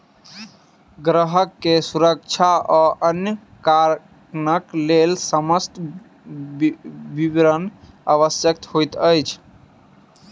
ग्राहक के सुरक्षा आ अन्य कारणक लेल समस्त विवरण आवश्यक होइत अछि